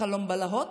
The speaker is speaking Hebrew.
חלום בלהות?